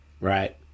right